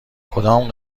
کدام